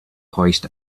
hoist